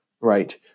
right